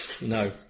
No